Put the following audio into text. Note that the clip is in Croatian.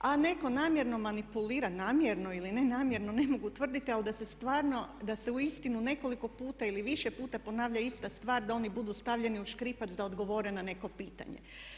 A netko namjerno manipulira, namjerno ili nenamjerno ne mogu tvrditi, ali da se stvarno, da se uistinu nekoliko puta ili više puta ponavlja ista stvar da oni budu stavljeni u škripac da odgovore na neko pitanje.